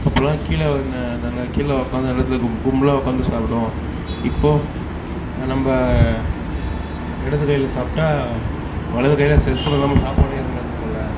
அப்போலாம் கீழே நல்லா கீழே உட்காந்து நிலத்துல கும்பலாக உட்காந்து சாப்பிடுவோம் இப்போது நம்ம இடது கையில் சாப்பிட்டா வலது கையில் செல்ஃபோன் இல்லாமல் சாப்பாடே இறங்காது போல